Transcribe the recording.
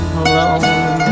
alone